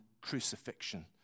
crucifixion